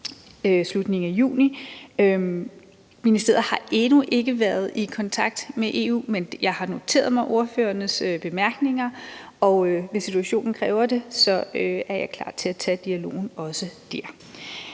slutningen af juni. Ministeriet har endnu ikke været i kontakt med EU, men jeg har noteret mig ordførernes bemærkninger, og hvis situationen kræver det, er jeg klar til at tage dialogen der